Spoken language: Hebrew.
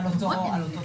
מי בעד?